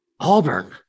Auburn